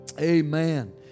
amen